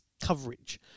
coverage